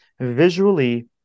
visually